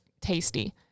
tasty